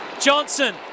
Johnson